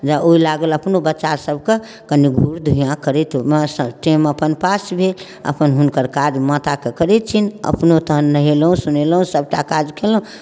जे ओ लागल अपनो बच्चासभके कनि घूर धुइआँ करैत ओहिमे सँ टाइम अपन पास भेल आ अपन हुनकर काज माताके करैत छियनि अपनो तखन नहेलहुँ सुनेलहुँ सभटा काज कयलहुँ